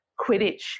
Quidditch